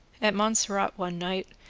at montserrat one night,